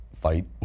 fight